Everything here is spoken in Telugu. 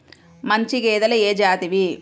మంచి గేదెలు ఏ జాతివి?